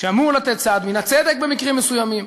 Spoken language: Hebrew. שאמור לתת סעד מן הצדק במקרים מסוימים.